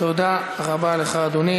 תודה רבה לך, אדוני.